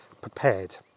prepared